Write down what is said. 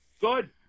Good